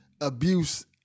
abuse